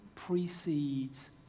precedes